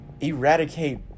eradicate